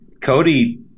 Cody